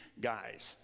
Guys